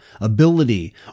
ability